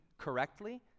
correctly